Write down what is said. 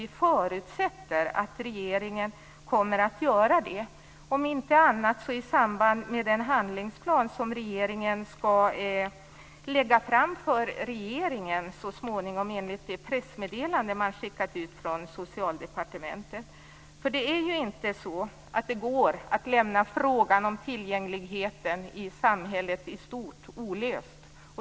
Vi förutsätter att regeringen kommer att göra det, om inte annat så i samband med den handlingsplan som regeringen skall lägga fram för riksdagen så småningom, enligt det pressmeddelande som har skickats ut från Socialdepartementet. Det går nämligen inte att lämna frågan om tillgängligheten i samhället i stort olöst.